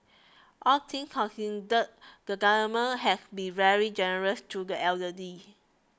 all things considered the Government has been very generous to the elderly